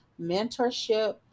mentorship